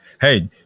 Hey